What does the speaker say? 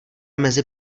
mezi